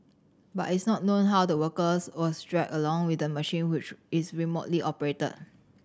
but it's not known how the workers was dragged along with the machine which is remotely operated